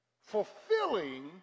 fulfilling